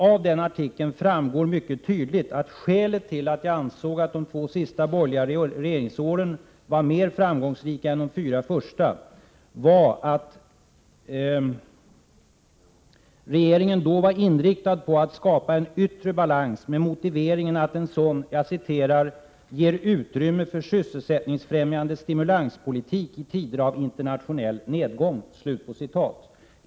Av den artikeln framgår mycket tydligt att skälet till att jag ansåg att de två sista borgerliga regeringsåren var mer framgångsrika än de fyra första var att regeringen då var inriktad på att skapa en yttre balans med motiveringen att en sådan ”ger utrymme för sysselsättningsfrämjande stimulanspolitik i tider av internationell nedgång”.